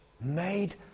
made